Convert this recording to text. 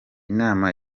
inama